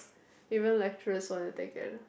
even lecturers want to take it